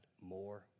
more